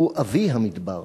הוא אבי המדבר,